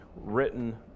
written